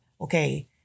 okay